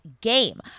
game